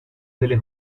delle